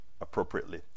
appropriately